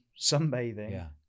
sunbathing